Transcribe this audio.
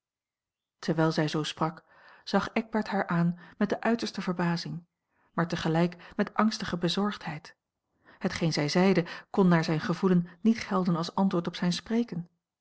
terwijl zij zoo sprak zag eckbert haar aan met de uiterste verbazing maar tegelijk met angstige bezorgdheid hetgeen zij zeide kon naar zijn gevoelen niet gelden als antwoord op zijn spreken